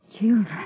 Children